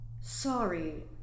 Sorry